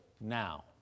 now